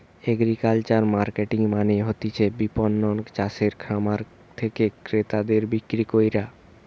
agricultural marketing মানে হতিছে বিপণন চাষিদের খামার থেকে ক্রেতাদের বিক্রি কইরা